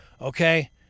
Okay